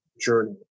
journey